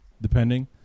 Depending